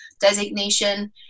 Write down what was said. designation